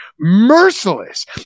Merciless